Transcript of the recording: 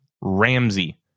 Ramsey